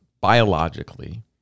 biologically